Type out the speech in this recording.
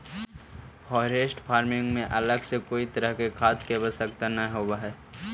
forest farming में अलग से कोई तरह के खाद के आवश्यकता न होवऽ हइ